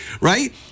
right